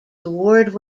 award